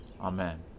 Amen